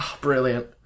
Brilliant